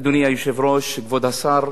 אדוני היושב-ראש, כבוד השר,